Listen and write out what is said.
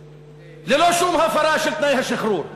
ללא שום הפרה של תנאי השחרור.